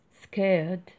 scared